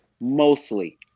Mostly